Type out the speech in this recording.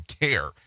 care